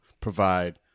provide